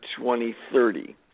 2030